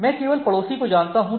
मैं केवल पड़ोसी को जानता हूं